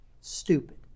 Stupid